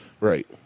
Right